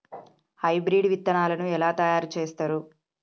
Hybrid విత్తనాలను ఎలా తయారు చేస్తారు?